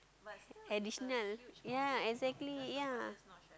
additional ya exactly ya